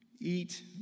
Eat